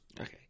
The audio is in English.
Okay